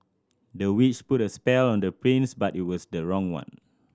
the witch put a spell on the prince but it was the wrong one